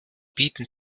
bieten